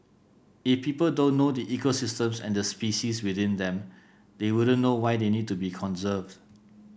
if people don't know the ecosystems and the species within them they wouldn't know why they need to be conserved